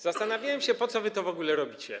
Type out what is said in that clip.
Zastanawiałem się, po co wy to w ogóle robicie.